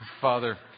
Father